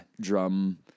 drum